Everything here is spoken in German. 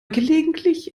gelegentlich